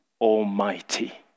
Almighty